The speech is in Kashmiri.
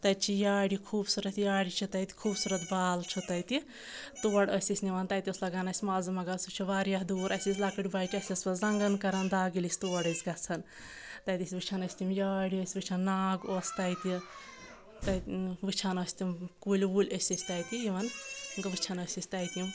تتہِ چھِ یارِ خوٗبصوٗرت یارِ چھِ تَتہِ خوٗبصوٗرت بال چھُ تَتہِ تور ٲسۍ أسۍ نِوان تَتہِ اوس لگان اَسہِ مَزٕ مگر سُہ چھُ واریاہ دوٗر اَسہِ ٲسۍ لکٕٹۍ بَچہِ اَسہِ ٲسۍ پَتہٕ زَنٛگَن کران دگ ییٚلہِ أسۍ تور ٲسۍ گژھن تَتہِ ٲسۍ وٕچھان ٲسۍ تِم یارِ ٲسۍ وٕچھان ناگ اوس تَتہِ تَتہِ وٕچھان ٲسۍ تِم کُلۍ وُلۍ ٲسۍ أسۍ تَتہِ یِوان وٕچھان ٲسۍ أسۍ تَتہِ یِم